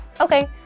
Okay